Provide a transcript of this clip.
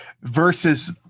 versus